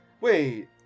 Wait